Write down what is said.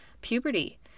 puberty